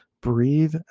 Breathe